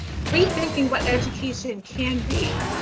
rethinking what education can be,